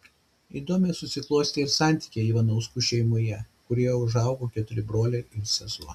įdomiai susiklostė ir santykiai ivanauskų šeimoje kurioje užaugo keturi broliai ir sesuo